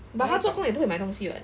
but 他做工也都会买东西 [what]